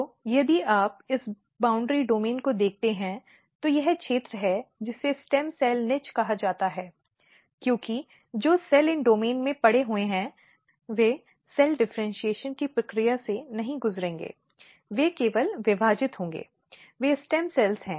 तो यदि आप इस बाउंड्री डोमेन को देखते हैं तो यह क्षेत्र है जिसे स्टेम सेल निच कहा जाता है क्योंकि जो सेल इन डोमेन में पड़े हुए हैं वे सेल डिफ़र्इन्शीएशन की प्रक्रिया से नहीं गुजरेंगे वे केवल विभाजित होंगे वे स्टेम सेल हैं